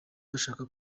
bashaka